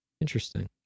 Interesting